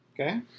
Okay